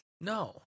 No